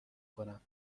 کنم